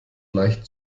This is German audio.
leicht